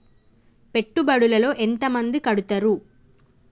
పెట్టుబడుల లో ఎంత మంది కడుతరు?